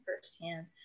firsthand